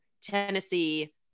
Tennessee